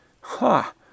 ha